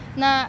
na